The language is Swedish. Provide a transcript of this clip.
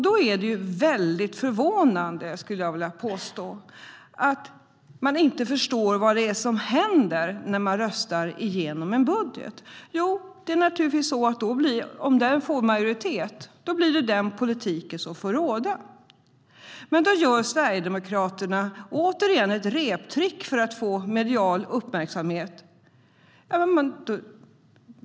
Det är väldigt förvånande att man inte förstår vad som händer när man röstar igenom en budget. Om den budgeten får majoritet då är det den politiken som får råda. Men då gör Sverigedemokraterna återigen ett reptrick för att få medial uppmärksamhet.